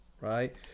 right